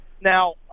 Now